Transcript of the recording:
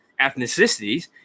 ethnicities